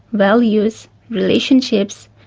values, relationships,